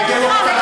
אתה על הדוכן.